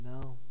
No